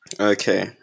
okay